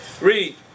Read